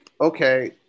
okay